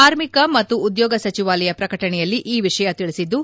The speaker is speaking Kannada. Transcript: ಕಾರ್ಮಿಕ ಮತ್ತು ಉದ್ಲೋಗ ಸಚಿವಾಲಯ ಪ್ರಕಟಣೆಯಲ್ಲಿ ಈ ವಿಷಯ ತಿಳಿಸಿದ್ದು